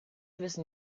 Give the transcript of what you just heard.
wissen